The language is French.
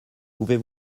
pouvez